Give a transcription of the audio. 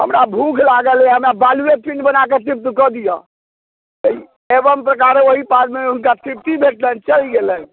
हमरा भूख लागल अए तऽ हमरा बालुए पिण्ड बना कऽ तृप्त कऽ दिअ तऽ एवं प्रकारे ओहिकालमे हुनका तृप्ति भेटलनि चलि गेलनि